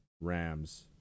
Rams